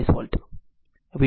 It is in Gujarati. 45 વોલ્ટ